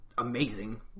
amazing